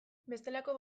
bestelako